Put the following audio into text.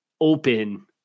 open